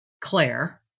Claire